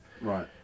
right